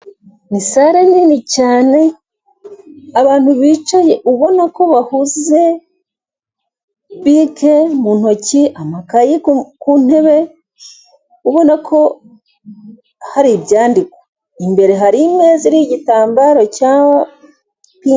Ni sare nini cyane, abantu bicaye ubona ko bahuze; bike mu ntoki, amakayi ku ntebe, ubona ko hari ibyandikwa. Imbere hari imeza iriho igitambaro cya...